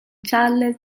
charles